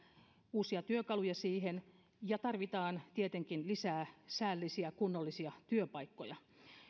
uusia työkaluja siihen ja tarvitaan tietenkin lisää säällisiä kunnollisia työpaikkoja